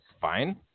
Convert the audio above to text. Fine